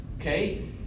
Okay